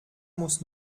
muss